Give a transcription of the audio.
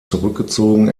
zurückgezogen